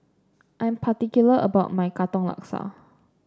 I'm particular about my Katong Laksa